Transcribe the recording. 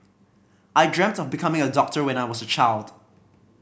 I dreamt of becoming a doctor when I was a child